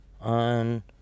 on